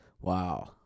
Wow